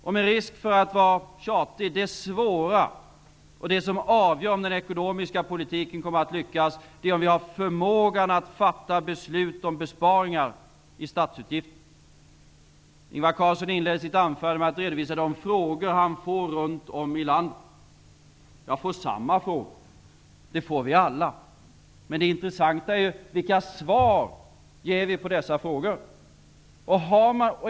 Med risk för att vara tjatig vill jag säga att det svåra och det som avgör om den ekonomiska politiken kommer att lyckas är om vi har förmågan att fatta beslut om besparingar i statsutgifterna. Ingvar Carlsson inledde sitt anförande med att redovisa de frågor han får runt om i landet. Jag får samma frågor. Det får vi alla. Det intressanta är vilka svar vi ger på dessa frågor.